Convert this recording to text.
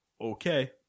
okay